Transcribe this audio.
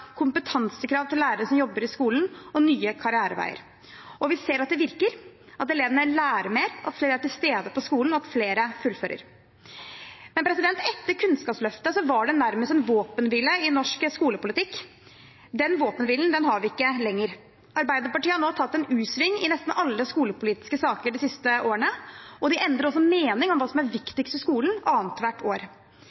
kompetansekrav til lærere som jobber i skolen, og nye karriereveier. Vi ser at det virker, at elevene lærer mer, at flere er til stede på skolen, og at flere fullfører. Etter Kunnskapsløftet var det nærmest en våpenhvile i norsk skolepolitikk. Den våpenhvilen har vi ikke lenger. Arbeiderpartiet har nå tatt en u-sving i nesten alle skolepolitiske saker de siste årene, og de endrer også annethvert år mening om hva som er